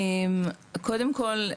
קודם כל,